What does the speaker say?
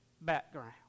background